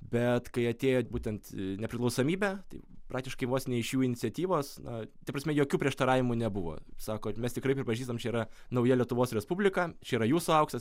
bet kai atėjo būtent nepriklausomybė tai praktiškai vos ne iš jų iniciatyvos na ta prasme jokių prieštaravimų nebuvo sako mes tikrai pripažįstam čia yra nauja lietuvos respublika čia yra jūsų auksas